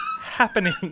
happening